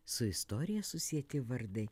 su istorija susieti vardai